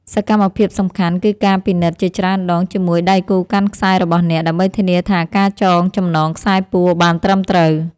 សកម្មភាពសំខាន់ គឺការពិនិត្យជាច្រើនដងជាមួយដៃគូកាន់ខ្សែរបស់អ្នក ដើម្បីធានាថាការចងចំណងខ្សែពួរបានត្រឹមត្រូវ។